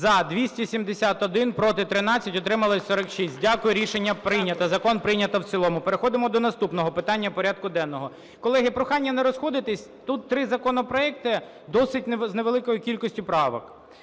За-271 Проти – 13, утримались – 46. Дякую. Рішення прийнято. Закон прийнято в цілому. Переходимо до наступного питання порядку денного. Колеги, прохання не розходитися, тут три законопроекти досить… з невеликою кількістю правок.